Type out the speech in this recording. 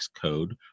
code